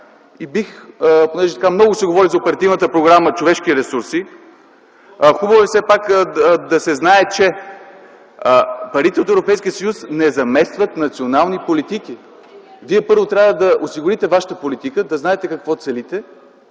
Понеже много се говори за Оперативна програма „Човешки ресурси”, хубаво е все пак да се знае, че парите от Европейския съюз не заместват национални политики. Вие първо трябва да осигурите вашата политика, да знаете какво целите,